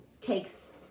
takes